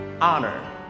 honor